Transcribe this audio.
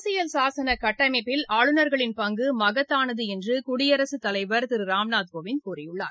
அரசியல் சாசன கட்டமைப்பில் ஆளுநர்களின் பங்கு மகத்தானது என்று குடியரசுத் தலைவர் திரு ராம்நாத் கோவிந்த் கூறியுள்ளார்